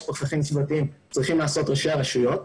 פקחים סביבתיים צריכים לעשות ראשי הרשויות,